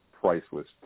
Priceless